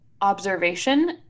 observation